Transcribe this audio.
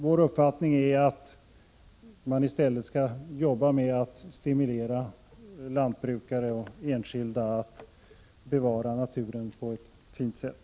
Vår uppfattning är att man i stället skall jobba med att stimulera lantbrukare och enskilda att bevara naturen på ett fint sätt.